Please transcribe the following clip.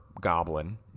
Goblin